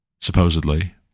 supposedly